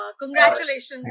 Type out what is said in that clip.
Congratulations